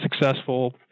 successful